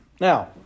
Now